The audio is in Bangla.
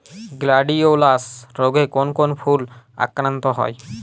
গ্লাডিওলাস রোগে কোন কোন ফুল আক্রান্ত হয়?